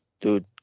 dude